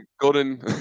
Golden